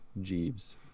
Jeeves